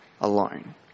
alone